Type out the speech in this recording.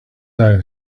now